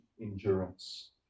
endurance